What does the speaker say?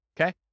Okay